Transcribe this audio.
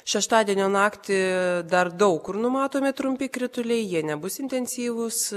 šeštadienio naktį dar daug kur numatomi trumpi krituliai jie nebus intensyvūs